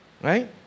Right